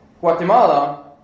Guatemala